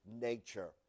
nature